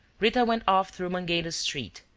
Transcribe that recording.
rita went off through mangueiras street,